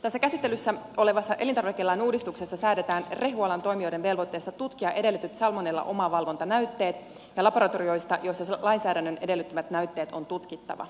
tässä käsittelyssä olevassa elintarvikelain uudistuksessa säädetään rehualan toimijoiden velvoitteesta tutkia edellytetyt salmonellaomavalvontanäytteet ja laboratorioista joissa lainsäädännön edellyttämät näytteet on tutkittava